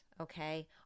okay